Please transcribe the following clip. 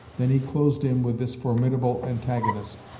than he closed in with this formidable antagonist,